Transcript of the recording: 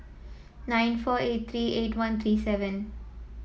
nine four eight three eight one three seven